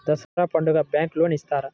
దసరా పండుగ bank loan ఇస్తారా?